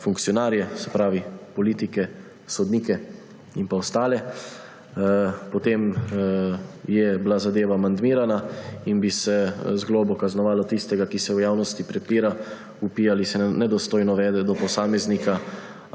funkcionarje, se pravi politike, sodnike in ostale. Potem je bila zadeva amandmirana in bi se z globo kaznovalo tistega, ki se v javnosti prepira, vpije ali se nedostojne vede do posameznika